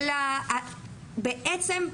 בעצם,